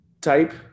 type